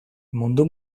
mundu